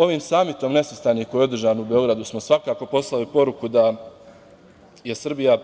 Ovim Samitom nesvrstanih koji je održan u Beogradu smo, svakako poslali poruku da je Srbija